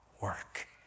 work